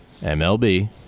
MLB